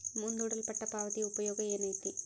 ಮುಂದೂಡಲ್ಪಟ್ಟ ಪಾವತಿಯ ಉಪಯೋಗ ಏನೈತಿ